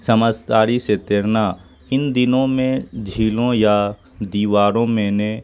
سمجھداری سے تیرنا ان دنوں میں جھیلوں یا دیواروں میں نے